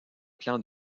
plans